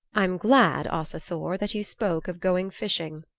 i'm glad, asa thor, that you spoke of going fishing.